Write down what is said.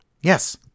Yes